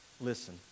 Listen